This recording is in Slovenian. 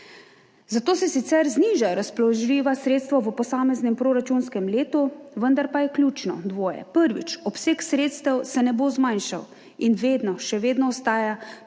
Zato se sicer znižajo razpoložljiva sredstva v posameznem proračunskem letu, vendar pa je ključno dvoje. Prvič. Obseg sredstev se ne bo zmanjšal in še vedno ostaja pri